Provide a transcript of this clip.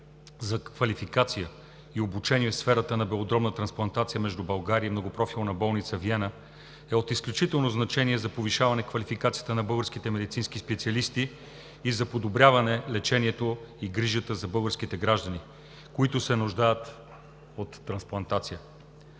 за квалификация и обучение в сферата на белодробната трансплантация между България и многопрофилната болница във Виена е от изключително значение за повишаване квалификацията на българските медицински специалисти и за подобряване лечението и грижата за българските граждани, които се нуждаят от трансплантация.